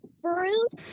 fruit